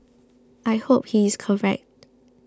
I hope he is correct